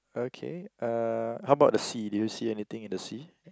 okay uh how about the sea did you see anything in the sea